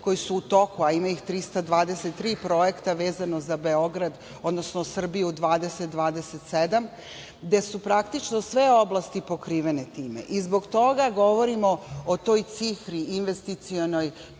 koji su u toku, a ima ih 323 projekta vezano za Beograd, odnosno Srbiju 2027, gde su praktično sve oblasti pokrivene time. Zbog toga govorimo o toj cifri investicionoj